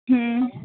हम्म